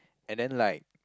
and then like